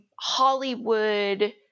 Hollywood